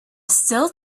still